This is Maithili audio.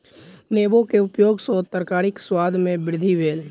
नेबोक उपयग सॅ तरकारीक स्वाद में वृद्धि भेल